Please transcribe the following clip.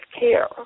care